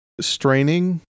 straining